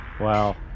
wow